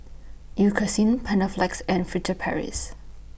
Eucerin Panaflex and Furtere Paris